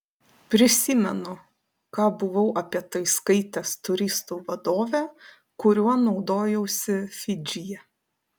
prisimenu ką buvau apie tai skaitęs turistų vadove kuriuo naudojausi fidžyje